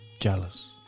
Jealous